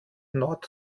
nord